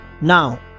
now